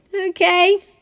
Okay